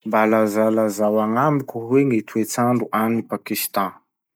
Mba lazalazao agnamiko hoe gny toetsandro agny Pakistan?